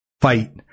fight